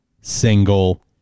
single